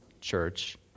church